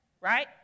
right